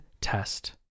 test